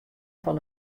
fan